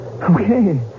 Okay